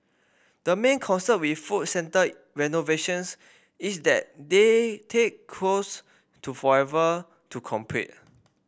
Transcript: the main concern with food centre renovations is that they take close to forever to complete